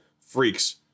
freaks